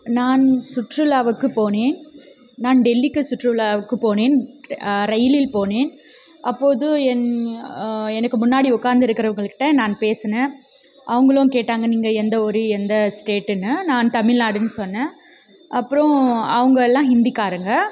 நான் சுற்றுலாவுக்கு போனேன் நான் டெல்லிக்கு சுற்றுலாவுக்கு போனேன் ரயிலில் போனேன் அப்போது என் எனக்கு முன்னாடி உட்காந்து இருக்கிறவுங்கள்ட்ட நான் பேசினேன் அவங்களும் கேட்டாங்க நீங்கள் எந்த ஊர் எந்த ஸ்டேட்டுன்னு நான் தமிழ்நாடுன்னு சொன்னேன் அப்புறம் அவங்கெல்லாம் ஹிந்திகாரங்க